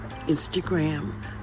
Instagram